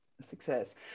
success